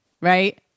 right